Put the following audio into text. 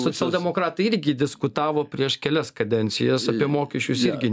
socialdemokratai irgi diskutavo prieš kelias kadencijas apie mokesčius irgi